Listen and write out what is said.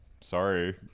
sorry